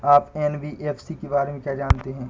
आप एन.बी.एफ.सी के बारे में क्या जानते हैं?